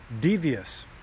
devious